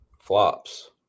Flops